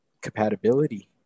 compatibility